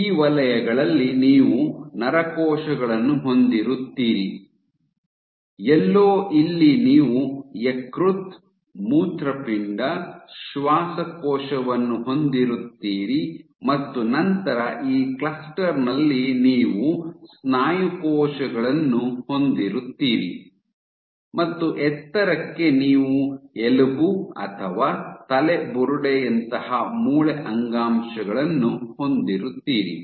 ಈ ವಲಯಗಳಲ್ಲಿ ನೀವು ನರಕೋಶಗಳನ್ನು ಹೊಂದಿರುತ್ತೀರಿ ಎಲ್ಲೋ ಇಲ್ಲಿ ನೀವು ಯಕೃತ್ತು ಮೂತ್ರಪಿಂಡ ಶ್ವಾಸಕೋಶವನ್ನು ಹೊಂದಿರುತ್ತೀರಿ ಮತ್ತು ನಂತರ ಈ ಕ್ಲಸ್ಟರ್ ನಲ್ಲಿ ನೀವು ಸ್ನಾಯು ಕೋಶಗಳನ್ನು ಹೊಂದಿರುತ್ತೀರಿ ಮತ್ತು ಎತ್ತರಕ್ಕೆ ನೀವು ಎಲುಬು ಅಥವಾ ತಲೆಬುರುಡೆಯಂತಹ ಮೂಳೆ ಅಂಗಾಂಶಗಳನ್ನು ಹೊಂದಿರುತ್ತೀರಿ